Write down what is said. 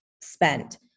spent